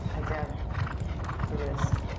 i grab the wrist.